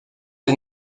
des